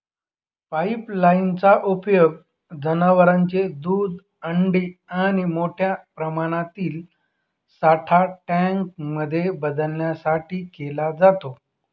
pipeline चा उपयोग जनवरांचे दूध थंडी आणि मोठ्या प्रमाणातील साठा टँक मध्ये बदलण्यासाठी केला जातो